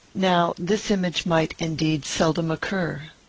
now, this image might, indeed, seldom occur.